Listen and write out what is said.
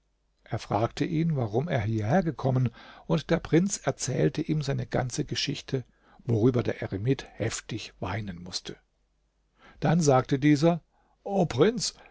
er fragte ihn warum er hierher gekommen und der prinz erzählte ihm seine ganze geschichte worüber der eremit heftig weinen mußte dann sagte dieser o prinz